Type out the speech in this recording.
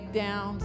down